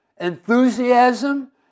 enthusiasm